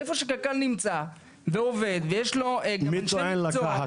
איפה שקק"ל נמצא ועובד ויש לו -- מי טוען לקחת אבל?